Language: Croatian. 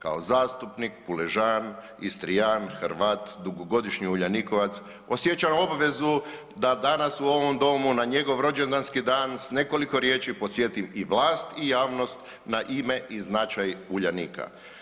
Kao zastupnik PUležan, Istrijan, Hrvat dugogodišnji Uljanikovac osjećam obvezu da danas u ovom Domu na njegov rođendanski dan s nekoliko riječi podsjetim i vlast i javnost na ime i značaj Uljanika.